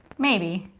maybe.